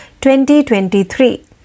2023